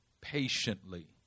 patiently